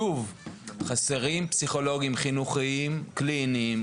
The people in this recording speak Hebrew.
שוב: חסרים פסיכולוגים חינוכיים קליניים,